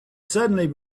suddenly